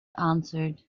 answered